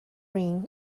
rim